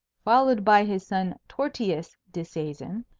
followed by his son tortious disseisin,